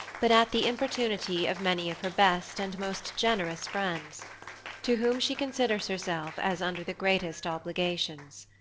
but at the importunity of many of her best, and most generous friends to whom she considers herself, as under the greatest obligations.